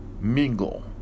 mingle